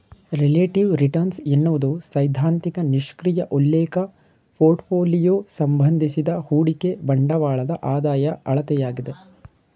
relative return ಎನ್ನುವುದು ಸೈದ್ಧಾಂತಿಕ ನಿಷ್ಕ್ರಿಯ ಉಲ್ಲೇಖ ಪೋರ್ಟ್ಫೋಲಿಯೋ ಸಂಬಂಧಿಸಿದ ಹೂಡಿಕೆ ಬಂಡವಾಳದ ಆದಾಯ ಅಳತೆಯಾಗಿದೆ